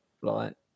flight